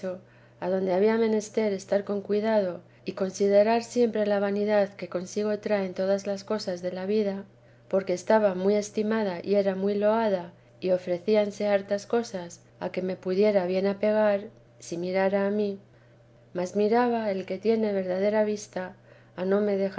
dicho adonde había menester estar con cuidado y considerar siempre la vanidad que consigo traen todas las cosas de la vida porque estaba muy estimada y era muy loada y ofrecíanse hartas cosas a que me pudiera bien apegar si mirara a mí más miraba el que tiene verdadera vista a no me dejar